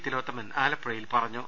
തിലോത്തമൻ ആലപ്പുഴയിൽ പറഞ്ഞു